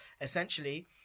essentially